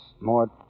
more